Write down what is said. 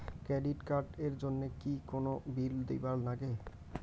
Credit card এর জন্যে কি কোনো বিল দিবার লাগে?